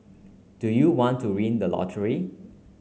do you want to win the lottery